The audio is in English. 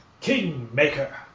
Kingmaker